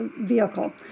vehicle